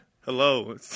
Hello